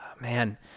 man